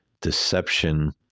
deception